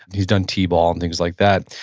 and he's done tee-ball and things like that.